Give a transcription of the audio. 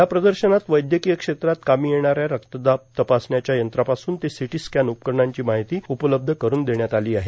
या प्रदर्शनात वैद्यकीय क्षेत्रात कामी येणा या रक्तदाब तपासण्याच्या यंत्रापासून ते सिटी स्कॅन उपकरणांची माहिती उपलब्ध करून देण्यात आली आहे